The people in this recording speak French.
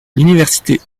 l’université